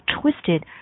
twisted